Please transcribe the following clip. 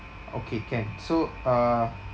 okay can so uh